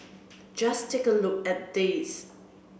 just take a look at these